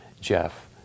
jeff